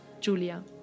Julia